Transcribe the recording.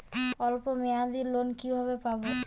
অল্প মেয়াদি লোন কিভাবে পাব?